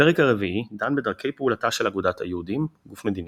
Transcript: הפרק הרביעי דן בדרכי פעולתה של "אגודת היהודים" - גוף מדיני,